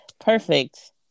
perfect